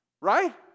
Right